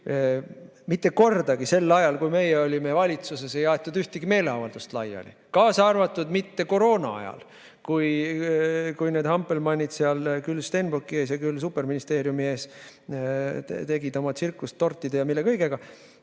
Mitte kordagi sel ajal, kui meie olime valitsuses, ei aetud ühtegi meeleavaldust laiali, ka mitte koroonaajal, kui need hampelmannid küll seal Stenbocki maja ees ja küll superministeeriumi ees tegid oma tsirkust tortide ja mille kõigega.